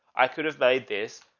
i could have made this